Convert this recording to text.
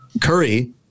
Curry